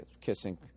kissing